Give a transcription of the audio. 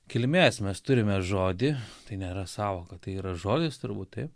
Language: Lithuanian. kilmės mes turime žodį tai nėra sąvoka tai yra žodis turbūt taip